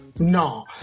no